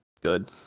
good